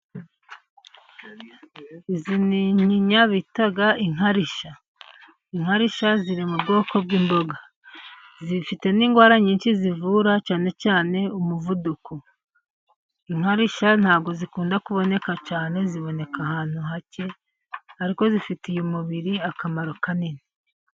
Izi ni inyinya bita inkarishya. Inkarishya ziri mu bwoko bw'imboga zifite n'indwara nyinshi zivura cyane cyane umuvuduko. Inkarishya nta bwo zikunda kuboneka cyane, ziboneka ahantu hake. Ariko zifitiye umubiri akamaro kanini.